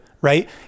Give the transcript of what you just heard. Right